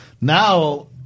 now